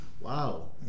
wow